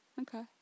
Okay